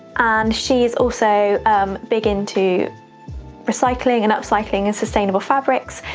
and she's also um big into recycling and upcycling and sustainable fabrics,